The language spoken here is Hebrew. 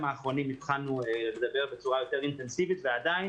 האחרונים התחלנו לדבר בצורה יותר אינטנסיבית ועדיין